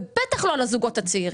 ובטח שלא על חשבון הזוגות הצעירים.